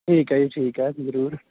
ਠੀਕ ਹੈ ਜੀ ਠੀਕ ਹੈ ਜ਼ਰੂਰ